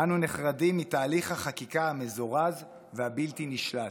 אנו נחרדים מתהליך החקיקה המזורז והבלתי-נשלט.